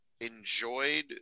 enjoyed